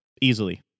easily